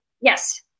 Yes